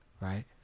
Right